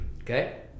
Okay